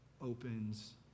opens